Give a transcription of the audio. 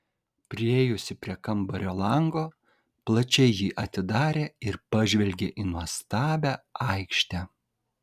priėjusi prie kambario lango plačiai jį atidarė ir pažvelgė į nuostabią aikštę